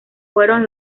fueron